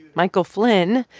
michael flynn,